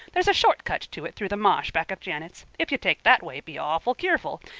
there's a short cut to it through the ma'sh back of janet's. if you take that way be awful keerful.